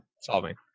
solving